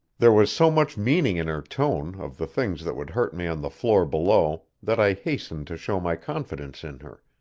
there was so much meaning in her tone of the things that would hurt me on the floor below that i hastened to show my confidence in her,